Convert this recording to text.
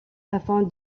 afin